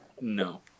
No